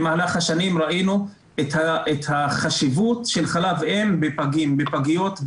במהלך השנים ראינו את החשיבות של חלב אם בפגים בפגיות,